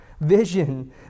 vision